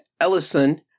Ellison